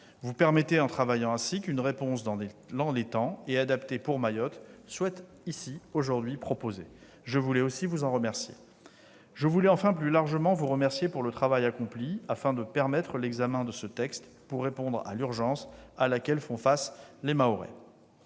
Vous permettez, en travaillant ainsi, qu'une réponse dans les temps, et adaptée pour Mayotte, soit ici proposée. Je voulais aussi vous en remercier. Je voulais enfin, plus largement, vous remercier pour le travail accompli afin de permettre l'examen de ce texte, pour répondre à l'urgence à laquelle font face les Mahorais.